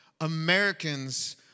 Americans